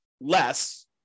less